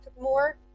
more